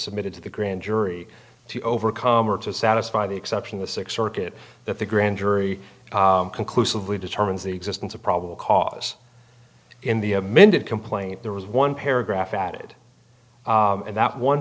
submitted to the grand jury to overcome or to satisfy the exception the six circuit that the grand jury conclusively determines the existence of probable cause in the amended complaint there was one paragraph added and that one